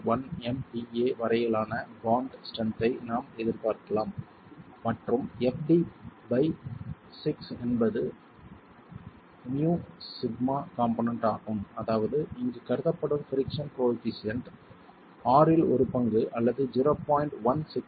1 MPa வரையிலான bond strength ஐ நாம் எதிர்பார்க்கலாம் மற்றும் fd பை 6 என்பது μσ காம்போனென்ட் ஆகும் அதாவது இங்கு கருதப்படும் பிரிக்ஸன் கோயெபிசியன்ட் ஆறில் ஒரு பங்கு அல்லது 0